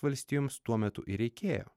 valstijoms tuo metu ir reikėjo